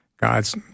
god's